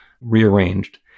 rearranged